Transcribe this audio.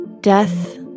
death